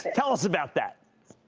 tell us about that.